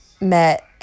met